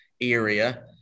area